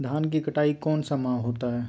धान की कटाई कौन सा माह होता है?